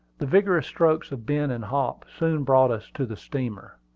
the vigorous strokes of ben and hop soon brought us to the steamer.